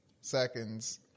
seconds